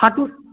হাঁটু